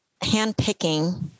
handpicking